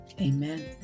Amen